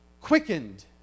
quickened